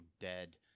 dead